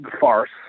farce